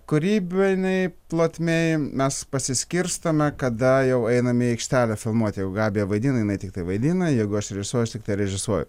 kūrybinėj plotmėj mes pasiskirstome kada jau einame į aikštelę filmuoti jau gabija vaidina jinai tiktai vaidina jeigu aš režisuoju aš tik režisuoju